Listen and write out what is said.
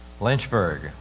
Lynchburg